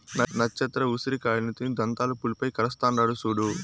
నచ్చత్ర ఉసిరి కాయలను తిని దంతాలు పులుపై కరస్తాండాడు సూడు